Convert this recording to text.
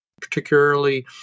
particularly